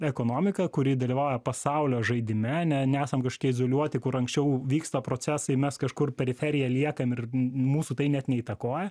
ekonomika kuri dalyvauja pasaulio žaidime ne nesam kažkokie izoliuoti kur anksčiau vyksta procesai mes kažkur periferija liekam ir mūsų tai net neįtakoja